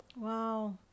wow